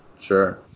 Sure